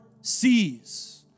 sees